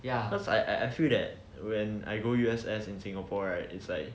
cause I I feel that when I go U_S_S in singapore right it's like